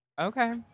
Okay